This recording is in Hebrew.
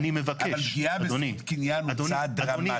אבל פגיעה בזכות קניין הוא צעד דרמטי.